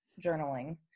journaling